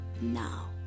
now